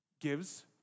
gives